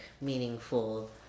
meaningful